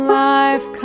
life